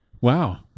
Wow